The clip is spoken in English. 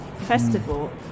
festival